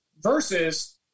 versus